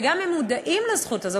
וגם אם הם מודעים לזכות הזו,